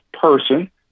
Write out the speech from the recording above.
person